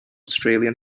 australian